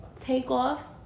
takeoff